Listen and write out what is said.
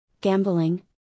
gambling